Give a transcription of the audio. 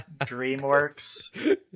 DreamWorks